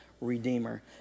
redeemer